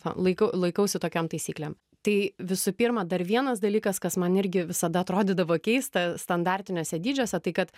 laiko laikausi tokiom taisyklėm tai visų pirmą dar vienas dalykas kas man irgi visada atrodydavo keista standartiniuose dydžiuose tai kad